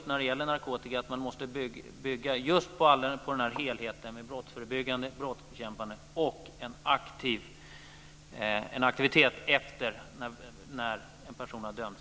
När det gäller narkotika tror jag att man måste bygga på helheten med brottsförebyggande åtgärder, brottsbekämpning och en aktivitet efter det att en person har dömts.